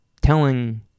telling